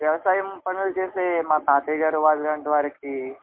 వ్యవసాయం పనులు చేసే మా తాతయ్య గారు వారి లాంటి వారికి